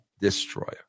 Destroyer